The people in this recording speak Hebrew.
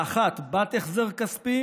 האחת בת החזר כספי